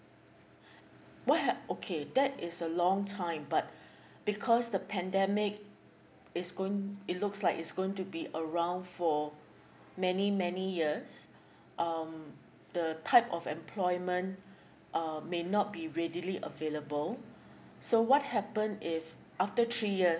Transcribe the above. what ha~ okay that is a long time but because the pandemic it's going it looks like it's going to be around for many many years um the type of employment um may not be readily available so what happen if after three years